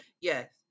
Yes